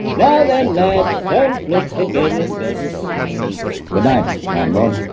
now then led turn flips again and go to sleep goodnight, landlord.